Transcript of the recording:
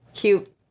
cute